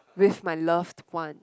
with my loved one